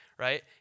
Right